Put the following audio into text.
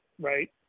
right